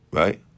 right